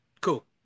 Cool